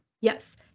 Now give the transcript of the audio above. yes